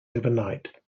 overnight